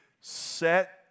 set